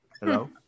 Hello